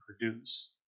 produce